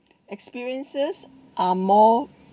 experiences are more